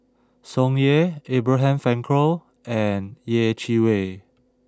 Tsung Yeh Abraham Frankel and Yeh Chi Wei